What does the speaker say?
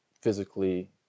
physically